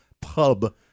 Pub